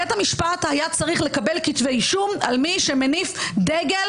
בית המשפט היה צריך לקבל כתבי אישום על מי שמניף דגל